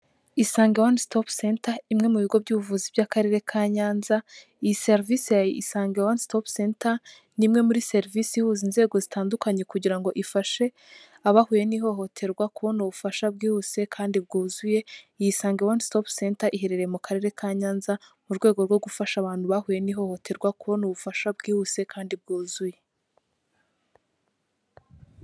Isange One Stop Center imwe mu bigo by'ubuvuzi by'Akarere ka Nyanza, iyi serivisi ya One Stop Center ni imwe muri serivisi ihuza inzego zitandukanye kugira ngo ifashe abahuye n'ihohoterwa kubona ubufasha bwihuse kandi bwuzuye. Iyi One Stop Center iherereye mu Karere ka Nyanza, mu rwego rwo gufasha abantu bahuye n'ihoterwa kubona ubufasha bwihuse kandi bwuzuye.